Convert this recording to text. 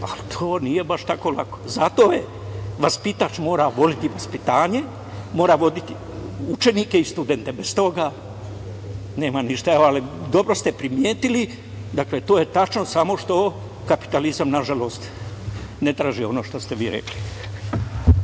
ali to nije baš tako lako. Zato vaspitač mora voleti vaspitanje, mora voleti učenike i studente. Bez toga nema ništa. Dobro ste primetili. Dakle, to je tačno, samo što kapitalizam, nažalost, ne traži ono što ste vi